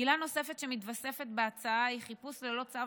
עילה נוספת שמתווספת בהצעה היא חיפוש ללא צו